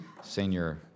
Senior